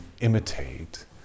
imitate